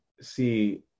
see